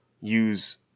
use